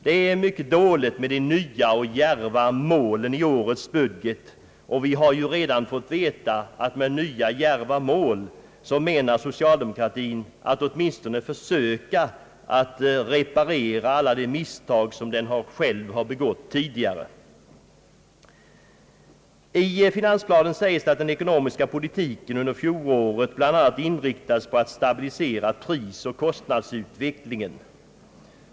Det är mycket dåligt med de nya och djärva målen i årets budget, och vi har ju redan fått veta, att med »nya djärva mål» menar socialdemokratin att åtminstone försöka att reparera alla de misstag som den själv har begått tidigare. I finansplanen sägs det att den ekonomiska politiken under fjolåret bl.a. inriktats på att stabilisera prisoch kostnadsutvecklingen.